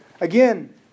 Again